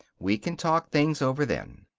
we can talk things over then.